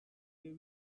the